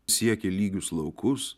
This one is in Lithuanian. siekia lygius laukus